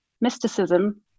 mysticism